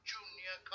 Junior